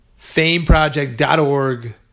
FameProject.org